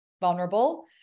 vulnerable